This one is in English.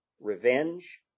revenge